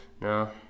no